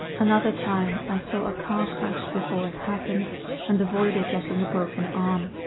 another time, i saw a car crash before it happened and avoided getting a broken arm.